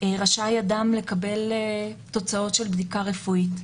רשאי אדם לקבל תוצאות של בדיקה רפואית,